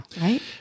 right